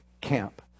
camp